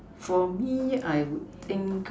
for me I would think